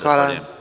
Hvala.